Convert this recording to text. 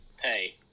Hey